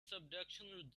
subduction